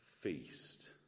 feast